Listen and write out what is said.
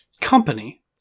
Company